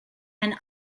and